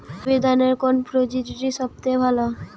Hybrid ধানের কোন প্রজীতিটি সবথেকে ভালো?